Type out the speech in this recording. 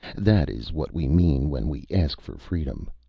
that is what we mean when we ask for freedom.